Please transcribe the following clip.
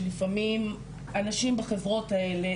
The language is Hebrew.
שלפעמים הנשים בחברות האלה,